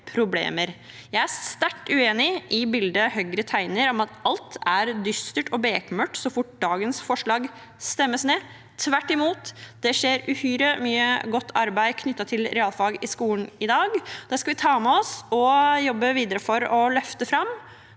Jeg er sterkt uenig i bildet Høyre tegner om at alt blir dystert og bekmørkt så fort dagens forslag stemmes ned. Tvert imot, det skjer uhyre mye godt arbeid knyttet til realfag i skolen i dag. Det skal vi ta med oss og jobbe videre med å løfte fram,